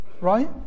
right